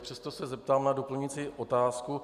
Přesto se zeptám na doplňující otázku.